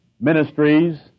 ministries